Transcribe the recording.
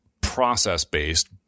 process-based